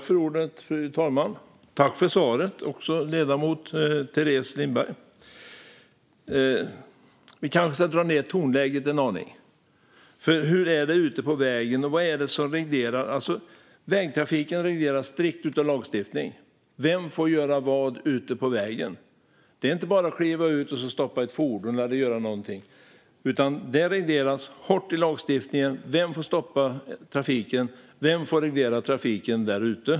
Fru talman! Tack för svaret, ledamot Teres Lindberg! Vi kanske ska dra ned tonläget en aning. Hur är det ute på vägen? Vad är det som regleras? Vägtrafiken regleras strikt av lagstiftning. Vem får göra vad ute på vägen? Det är inte att bara kliva ut och stoppa ett fordon eller göra någonting, utan det regleras hårt i lagstiftningen vem som får stoppa och reglera trafiken där ute.